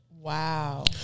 Wow